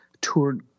toured